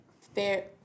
fair